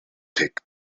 take